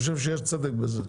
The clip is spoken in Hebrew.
אני חושב שיש צדק בזה.